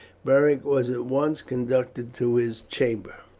beric was at once conducted to his chamber.